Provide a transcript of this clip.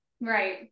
Right